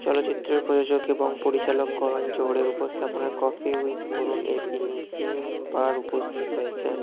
চলচ্চিত্রের প্রযোজক এবং পরিচালক করণ জোহরের উপস্থাপনায় কফি উইথ করণে তিনি তিনবার উপস্থিত হয়েছেন